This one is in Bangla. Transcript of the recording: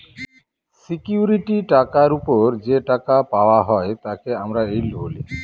সিকিউরিটি টাকার ওপর যে টাকা পাওয়া হয় তাকে আমরা ইল্ড বলি